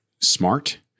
smart